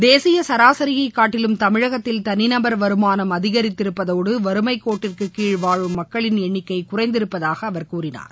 தேசிய சராசியைக் காட்டிலும் தமிழகத்தில் தனிநபர் வருமாளம் அதிகித்திருப்பதுடன் வறுமைக் கோட்டிற்கு கீழ் வாழும் மக்களின் எண்ணிக்கை குறைந்திருப்பதாக அவர் கூறினார்